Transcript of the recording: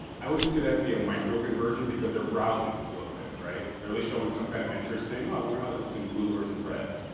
i would consider that to be a micro conversion because they're browsing a little bit, right, barely showing some kind of interest saying i wonder how that looks in blue versus red?